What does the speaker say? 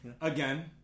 again